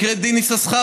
מקרה דין יששכרוף,